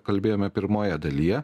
kalbėjome pirmojoje dalyje